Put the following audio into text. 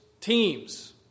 teams